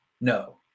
no